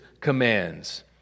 commands